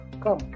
Come